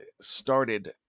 started